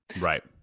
right